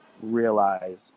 realize